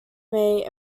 may